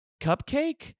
Cupcake